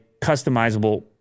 customizable